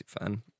fan